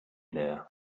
there